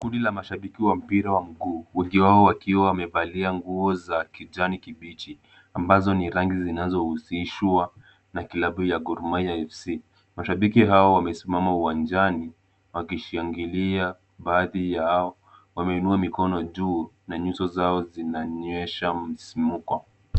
Kundi ya mashabiki wa mpira wa miguu wengi wao wakiwa wamevalia nguo za kijani kibichi ambazo ni rangi zinazohusishwa na klabu ya Gor Mahia FC.Mashabiki hawa wamesimama uwanjani wakishangilia baadhi yao wameinua mikono juu na nyuso zao zinaonyesha msisimuko.